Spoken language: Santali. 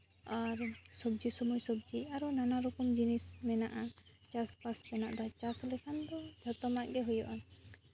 ᱟᱨ ᱥᱚᱵᱡᱤ ᱥᱚᱢᱚᱭ ᱥᱚᱵᱡᱤ ᱟᱨᱚ ᱱᱟᱱᱟ ᱨᱚᱠᱚᱢ ᱡᱤᱱᱤᱥ ᱢᱮᱱᱟᱜᱼᱟ ᱪᱟᱥᱼᱵᱟᱥ ᱨᱮᱱᱟᱜ ᱫᱚ ᱪᱟᱥ ᱞᱮᱠᱷᱟᱱ ᱫᱚ ᱡᱷᱚᱛᱚᱱᱟᱜ ᱜᱮ ᱦᱩᱭᱩᱜᱼᱟ